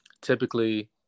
typically